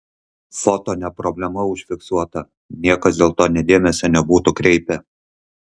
foto ne problema užfiksuota niekas dėl to nei dėmesio nebūtų kreipę